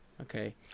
Okay